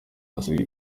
basabwe